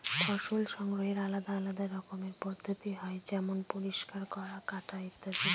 ফসল সংগ্রহের আলাদা আলদা রকমের পদ্ধতি হয় যেমন পরিষ্কার করা, কাটা ইত্যাদি